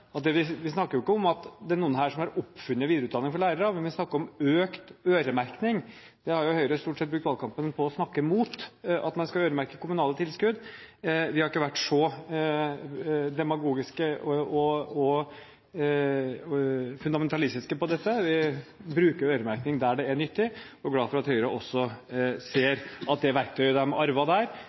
fast på at vi snakker jo ikke om at noen her har oppfunnet videreutdanning for lærere – vi snakker om økt øremerking. Høyre har stort sett brukt valgkampen på å snakke mot at man skal øremerke kommunale tilskudd. Vi har ikke vært så demagogiske og fundamentalistiske på dette. Vi bruker øremerking der det er nyttig, og er glad for at Høyre også ser at det verktøyet de arvet der,